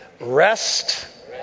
Rest